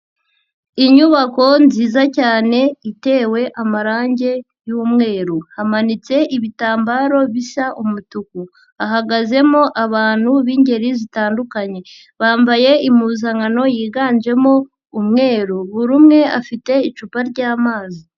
inyubako nziza cyane itewe amarangi y'umweru, hamanitse ibitambaro bisa umutuku, hahagazemo abantu b'ingeri zitandukanye bambaye impuzankano yiganjemo umweru, buri umwe afite icupa ryamazi.